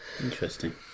Interesting